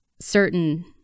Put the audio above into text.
certain